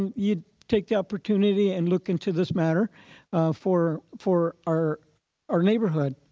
you take the opportunity and look into this matter for for our our neighborhood.